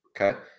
okay